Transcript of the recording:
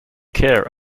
care